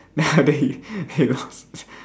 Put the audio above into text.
then after that he he lost